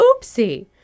oopsie